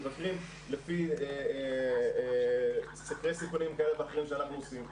מבקרים לפי סקרי סיכונים כאלה ואחרים שאנחנו עושים,